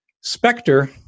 Spectre